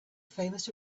famous